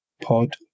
Pod